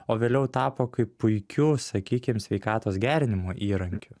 o vėliau tapo kaip puikiu sakykim sveikatos gerinimo įrankiu